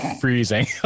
freezing